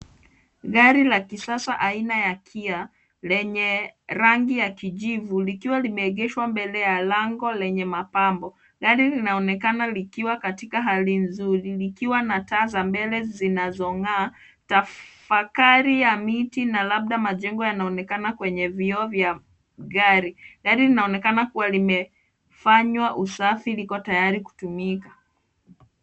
Gari la kisasa aina ya KIA lenye rangi ya kijivu likiwa limeegeshwa mbele ya lango lenye mapambo. Gari linaonekana likiwa katika hali nzuri likiwa na taa za mbele zinazong'aa. Tafakari ya miti na labda majengo yanaonekana kwenye vioo vya gari. Gari linaonekana kuwa limefanywa usafi liko tayari kutumika.